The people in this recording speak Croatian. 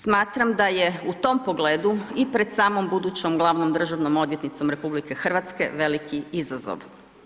Smatram da je u tom pogledu i pred samom budućnom glavnom državnom odvjetnicom RH veliki izazov.